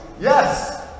Yes